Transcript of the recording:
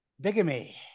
Bigamy